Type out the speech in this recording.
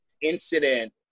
incident